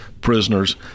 prisoners